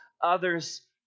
Others